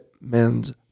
men's